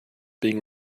being